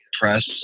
press